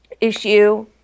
issue